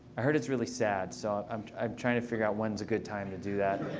i heard it's really sad. so i'm i'm trying to figure out when's a good time to do that.